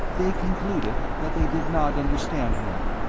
they concluded that they did not understand him,